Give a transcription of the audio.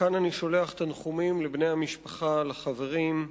מכאן אני שולח תנחומים לבני המשפחה, לחברים,